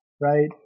right